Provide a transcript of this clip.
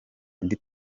indi